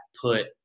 put